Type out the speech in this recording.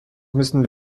müssen